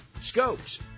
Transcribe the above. scopes